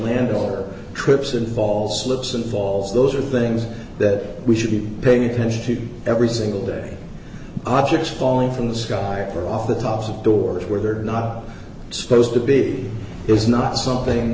landowner trips and falls slips and falls those are things that we should be paying attention to every single day objects falling from the sky or off the tops of doors where they're not supposed to be is not something